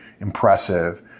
impressive